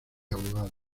abogado